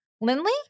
Lindley